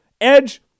Edge